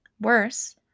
Worse